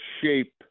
shape